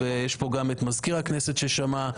יש פה גם את מזכיר הכנסת ששמע.